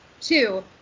Two